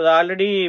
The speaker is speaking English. already